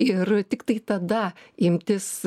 ir tiktai tada imtis